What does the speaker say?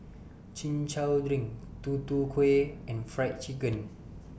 Chin Chow Drink Tutu Kueh and Fried Chicken